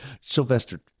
Sylvester